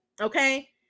okay